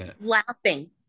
Laughing